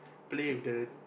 play with the